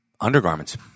undergarments